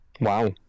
Wow